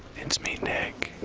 it's me, nick.